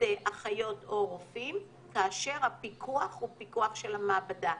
ידי אחיות או רופאים כאשר הפיקוח הוא פיקוח של המעבדה.